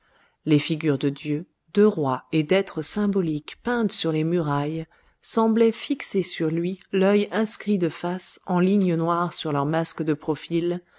les figures de dieux de rois et d'êtres symboliques peintes sur les murailles semblaient fixer sur lui l'œil inscrit de face en lignes noires sur leur masque de profil